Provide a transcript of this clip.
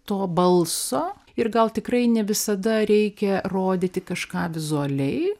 to balso ir gal tikrai ne visada reikia rodyti kažką vizualiai